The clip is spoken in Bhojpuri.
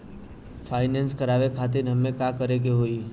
फाइनेंस करावे खातिर हमें का करे के होई?